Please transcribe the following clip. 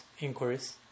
inquiries